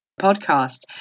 podcast